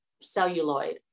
celluloid